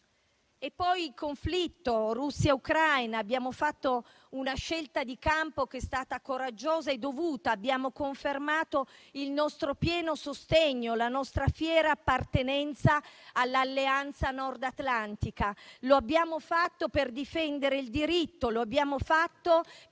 E poi il conflitto russo-ucraino; abbiamo fatto una scelta di campo che è stata coraggiosa e dovuta. Abbiamo confermato il nostro pieno sostegno e la nostra fiera appartenenza all'Alleanza Nord Atlantica. Lo abbiamo fatto per difendere il diritto e la libertà. Ciò detto,